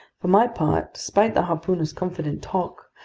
for my part, despite the harpooner's confident talk,